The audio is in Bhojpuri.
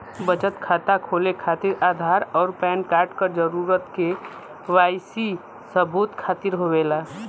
बचत खाता खोले खातिर आधार और पैनकार्ड क जरूरत के वाइ सी सबूत खातिर होवेला